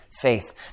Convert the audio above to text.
faith